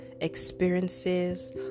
experiences